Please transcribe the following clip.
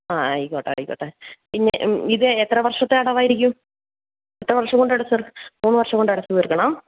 ആ ആയിക്കോട്ടെ ആയിക്കോട്ടെ ഇനി ഇത് എത്ര വർഷത്തെ അടവായിരിക്കും എത്ര വർഷം കൊണ്ട് അടച്ച് തീർ മൂന്ന് വർഷം കൊണ്ട് അടച്ച് തീർക്കണോ